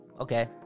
Okay